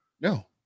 no